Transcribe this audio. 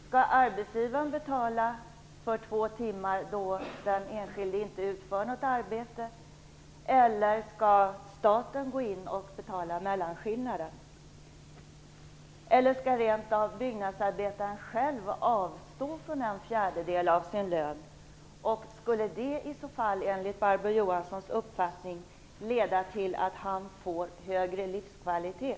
Skall arbetsgivaren betala för två timmar då den enskilde inte utför något arbete, eller skall staten gå in och betala mellanskillnaden? Eller skall rent av byggndsarbetaren själv avstå från en fjärdedel av sin lön, och skulle det i så fall enligt Barbro Johanssons uppfattning leda till att han får högre livskvalitet?